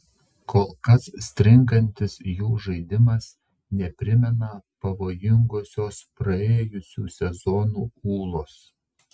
kol kas stringantis jų žaidimas neprimena pavojingosios praėjusių sezonų ūlos